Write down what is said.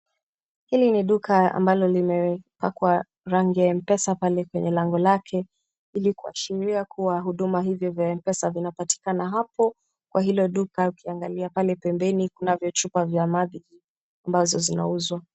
Hili ni duka ambalo limepakwa rangi ya Mpesa pale kwenye lango lake ili kuashiria kuwa huduma hivyo vya Mpesa inapatikana hapo kwa hilo duka ukiangalia pale pembeni kunazo chupa za maji ambazo zinauzwa.